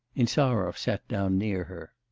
insarov sat down near her.